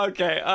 Okay